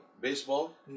baseball